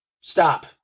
Stop